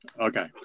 Okay